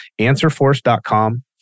answerforce.com